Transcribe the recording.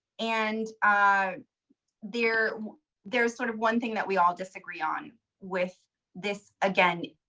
and there there is sort of one thing that we all disagree on with this again,